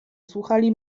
słuchali